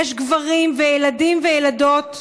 יש גברים וילדים וילדות,